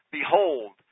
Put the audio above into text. Behold